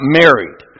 married